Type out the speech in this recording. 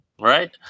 right